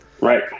Right